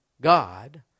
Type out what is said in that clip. God